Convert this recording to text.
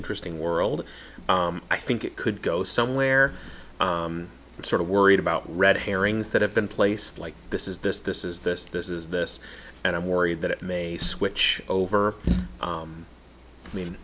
interesting world i think it could go somewhere sort of worried about red herrings that have been placed like this is this this is this this is this and i'm worried that it may switch over i mean